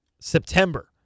September